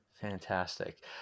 Fantastic